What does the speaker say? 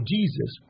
Jesus